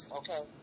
okay